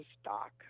stock